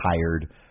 tired